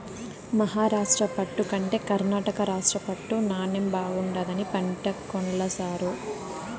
మహారాష్ట్ర పట్టు కంటే కర్ణాటక రాష్ట్ర పట్టు నాణ్ణెం బాగుండాదని పంటే కొన్ల సారూ